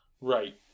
Right